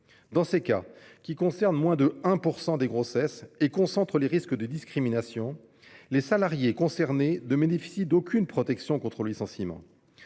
Dans ces cas, qui concernent moins de 1 % des grossesses et concentrent les risques de discrimination, les salariées concernées ne bénéficient d'aucune protection contre le licenciement.